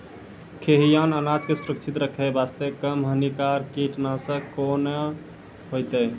खैहियन अनाज के सुरक्षित रखे बास्ते, कम हानिकर कीटनासक कोंन होइतै?